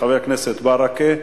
חבר הכנסת ברכה,